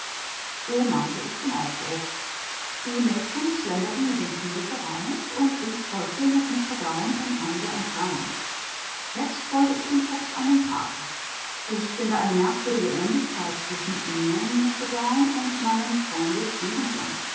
so mahnte ich zum aufbruch die mädchen schlenderten mit dem kinde voraus und ich folgte mit mister brown in einiger entfernung jetzt wollte ich dem fuchs an den kragen ich finde eine merkwürdige ähnlichkeit zwischen ihnen mister brown und meinem freunde